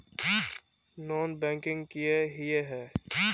Non banking किए हिये है?